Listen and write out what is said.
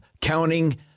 counting